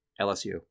LSU